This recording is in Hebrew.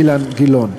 אילן גילאון.